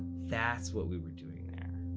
that's what we were doing there!